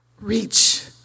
reach